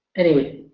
anyway,